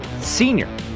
senior